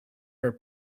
her